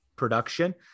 Production